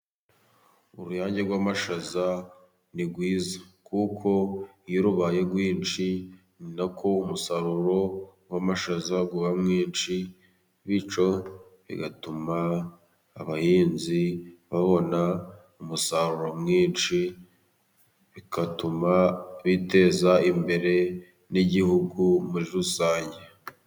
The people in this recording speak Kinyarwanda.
Uruyange rw'amashaza ni rwiza，kuko iyo rubaye rwinshi ni nako umusaruro w'amashaza uba mwinshi，bityo bigatuma abahinzi babona umusaruro mwinshi，bigatuma biteza imbere， n'igihugu muri rusange.